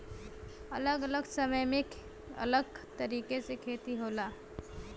अलग अलग समय में अलग तरीके से खेती होला